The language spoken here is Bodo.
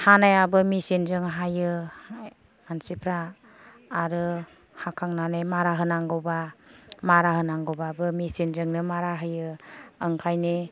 हानायाबो मेसिन जों हायो मानसिफ्रा आरो हाखांनानै मारा होनांगौबा मारा होनांगौबाबो मेसिन जोंनो मारा होयो ओंखायनो